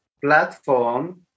platform